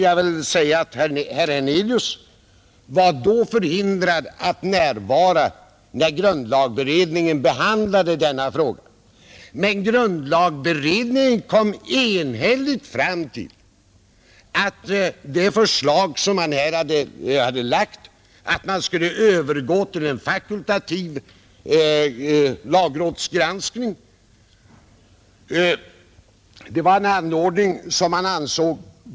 Jag kan omtala att herr Hernelius var förhindrad närvara när beredningen behandlade detta ärende. Grundlagberedningen uttalade då enhälligt att det förslag som lagts fram, innebärande att man skulle övergå till en fakultativ lagrådsgranskning, var en lämplig anordning.